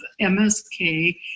MSK